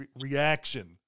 reaction